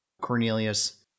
Cornelius